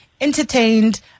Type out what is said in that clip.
entertained